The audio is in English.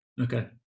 Okay